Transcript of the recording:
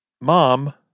Mom